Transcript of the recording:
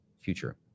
future